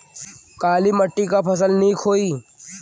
काली मिट्टी क फसल नीक होई?